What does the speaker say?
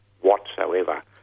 whatsoever